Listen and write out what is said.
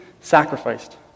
sacrificed